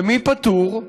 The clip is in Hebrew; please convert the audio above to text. ומי פטור?